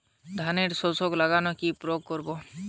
ধানের শোষক লাগলে কি প্রয়োগ করব?